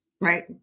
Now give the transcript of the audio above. Right